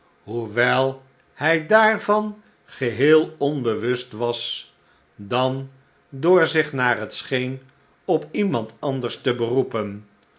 hoewel hij daarvan geheel onbewust was dan door zich naar het scheen op iemand anders te beroepen